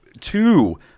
two